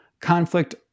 conflict